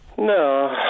No